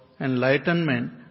enlightenment